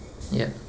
yup